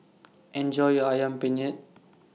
Enjoy your Ayam Penyet